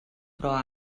però